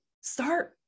Start